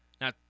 Now